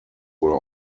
were